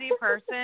person